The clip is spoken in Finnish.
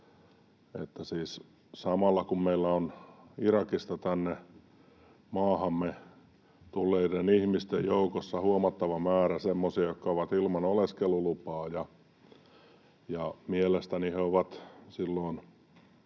samalla, kun meillä on Irakista tänne maahamme tulleiden ihmisten joukossa huomattava määrä semmoisia, jotka ovat ilman oleskelulupaa, ja mielestäni he ovat silloin